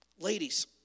Ladies